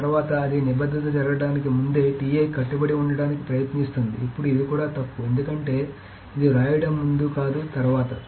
ఆ తర్వాత అది నిబద్ధత జరగడానికి ముందే కట్టుబడి ఉండటానికి ప్రయత్నిస్తుంది ఇప్పుడు అది కూడా తప్పు ఎందుకంటే ఇది వ్రాయడం ముందు కాదు తర్వాత